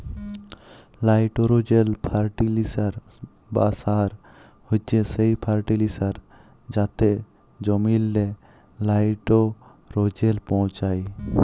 লাইটোরোজেল ফার্টিলিসার বা সার হছে সেই ফার্টিলিসার যাতে জমিললে লাইটোরোজেল পৌঁছায়